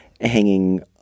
hanging